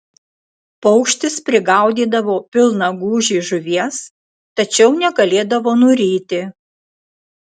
paukštis prigaudydavo pilną gūžį žuvies tačiau negalėdavo nuryti